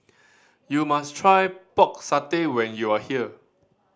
you must try Pork Satay when you are here